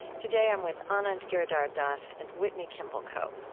today, i'm with anand giridharadas and whitney kimball coe.